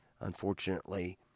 unfortunately